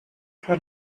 her